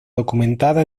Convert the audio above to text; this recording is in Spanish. documentada